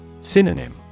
Synonym